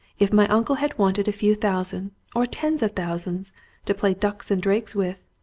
if my uncle had wanted a few thousands or tens of thousands to play ducks and drakes with,